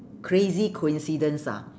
crazy coincidence ah